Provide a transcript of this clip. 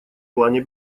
плане